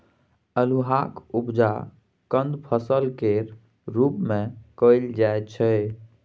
अल्हुआक उपजा कंद फसल केर रूप मे कएल जाइ छै